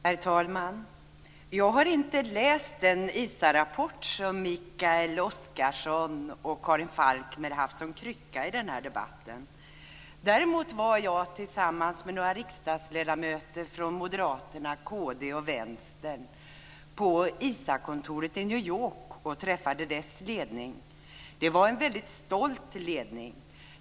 Herr talman! Jag har inte läst den ISA-rapport som Mikael Oscarsson och Karin Falkmer haft som krycka i denna debatt. Däremot var jag tillsammans med några riksdagsledamöter från Moderaterna, kd och Vänstern på ISA-kontoret i New York och träffade dess ledning. Det var en väldigt stolt ledning.